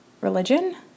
religion